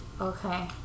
Okay